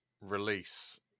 release